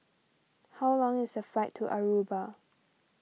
how long is the fight to Aruba